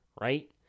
right